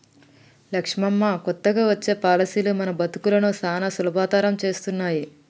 లక్ష్మమ్మ కొత్తగా వచ్చే పాలసీలు మన బతుకులను సానా సులభతరం చేస్తున్నాయి